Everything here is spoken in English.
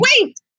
Wait